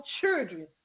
children